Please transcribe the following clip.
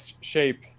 shape